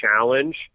Challenge –